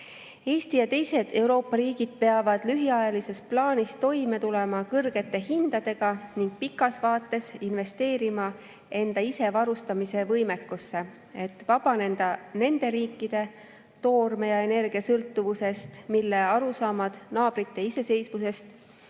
Eesti ja teised Euroopa riigid peavad lühiajalises plaanis toime tulema kõrgete hindadega ning pikas vaates investeerima enda isevarustamise võimekusse, et vabaneda sõltuvusest nende riikide toormest ja energiast, mille arusaamad naabrite iseseisvusest